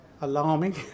alarming